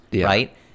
right